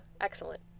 excellent